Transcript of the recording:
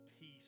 peace